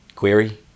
Query